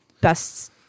best